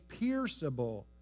pierceable